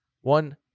one